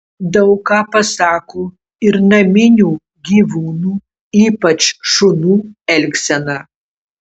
daug ką pasako ir naminių gyvūnų ypač šunų elgsena